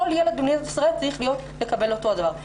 כל ילד במדינת ישראל צריך לקבל אותו הדבר.